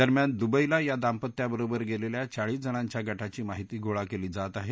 दरम्यान दुबईला या दाम्पत्याबरोबर गेलेल्या चाळीस जणांच्या गटाची माहिती गोळा केली जात आहे